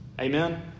Amen